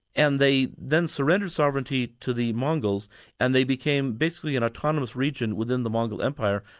and they then surrendered sovereignty to the mongols and they became basically an autonomous region within the mongol empire,